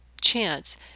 chance